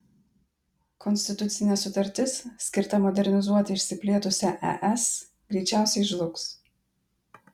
konstitucinė sutartis skirta modernizuoti išsiplėtusią es greičiausiai žlugs